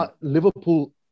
Liverpool